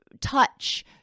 touch